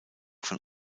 von